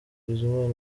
bizimana